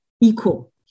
equal